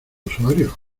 usuarios